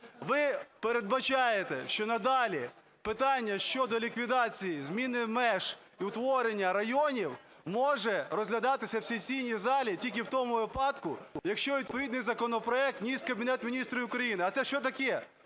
Ви передбачаєте, що надалі питання щодо ліквідації зміни меж і утворення районів може розглядатися в сесійній залі тільки в тому випадку, якщо відповідний законопроект вніс Кабінет Міністрів України. А це що таке?